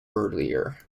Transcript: earlier